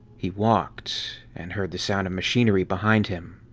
he walked. and heard the sound of machinery behind him,